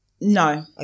No